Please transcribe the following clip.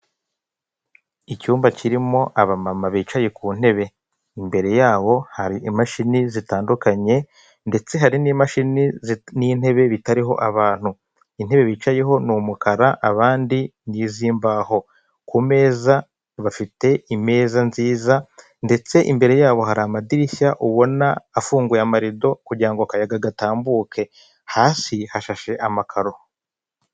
Abagabo babiri bari kuri gishe, uri inyuma wambaye ishati yumukara ameze nk'aho yabonye amafaranga ye, ari kuyabara kugira ngo arebe ko yuzuye. Uwambaye ishati y'umweru we ntabwo arayafata yose; hari ayo amajije gufata, andi aracyari kuri gishe.